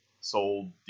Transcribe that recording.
sold